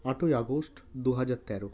আটই আগস্ট দু হাজার তেরো